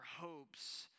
hopes